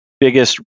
biggest